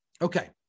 Okay